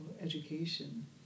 education